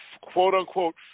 quote-unquote